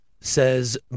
says